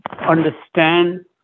understand